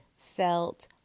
felt